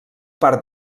part